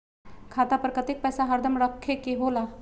खाता पर कतेक पैसा हरदम रखखे के होला?